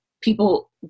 people